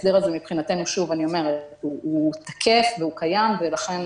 ההסדר הזה מבחינתנו תקף וקיים ולכן